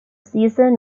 season